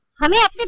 hurry up.